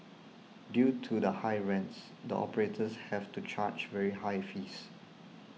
due to the high rents the operators have to charge very high fees